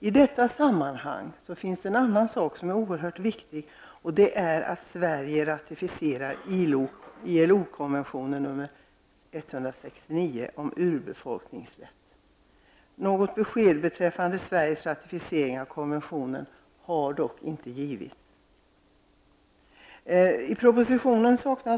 I detta sammanhang finns det en annan sak som är oerhört viktig, nämligen att Sverige ratificerar Något besked beträffande Sveriges ratificering av konventionen har dock inte givits.